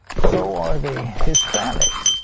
so are the hispanics,